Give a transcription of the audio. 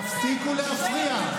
תפסיקו להפריע,